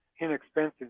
inexpensive